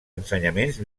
ensenyaments